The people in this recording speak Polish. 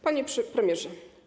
Panie Premierze!